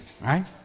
Right